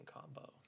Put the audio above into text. combo